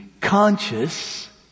conscious